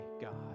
God